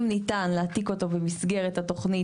אם ניתן להעתיק אותו במסגרת התוכנית